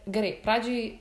gerai pradžiai